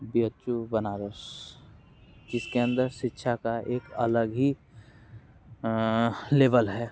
B H U Banaras जिसके अंदर शिक्षा का एक अलग ही लेवल है